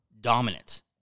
dominant